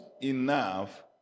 enough